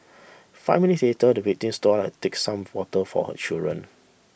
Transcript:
five minutes later the victim stood up to take some water for her children